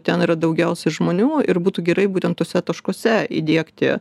ten yra daugiausiai žmonių ir būtų gerai būtent tuose taškuose įdiegti